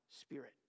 spirit